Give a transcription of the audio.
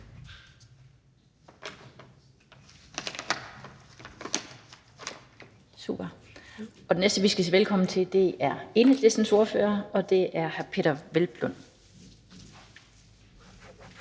Den næste, vi skal sige velkommen til, er Enhedslistens ordfører, og det er hr. Peder Hvelplund.